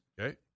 Okay